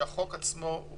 שהחוק עצמו הוא